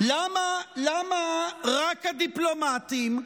למה רק הדיפלומטים?